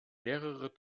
mehrere